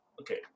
okay